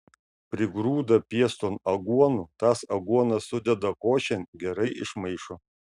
prigrūda pieston aguonų tas aguonas sudeda košėn gerai išmaišo